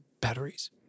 batteries